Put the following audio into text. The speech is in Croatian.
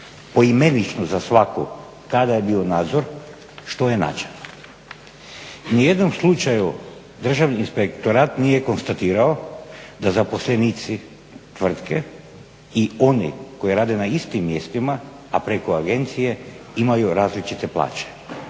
poimenično za svaku kada je bio nadzor, što je nađeno. U nijednom slučaju Državni inspektorat nije konstatirao da zaposlenici tvrtke i oni koji rade na istim mjestima, a preko agencije imaju različite plaće